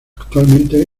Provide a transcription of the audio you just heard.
actualmente